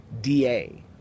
DA